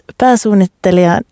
pääsuunnittelija